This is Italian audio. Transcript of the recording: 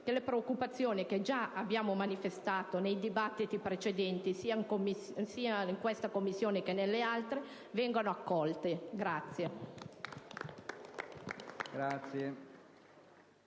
che le preoccupazioni che già abbiamo manifestato nei dibattiti precedenti, sia in quella stessa Commissione che nelle altre, trovino appropriato